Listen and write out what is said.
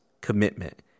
commitment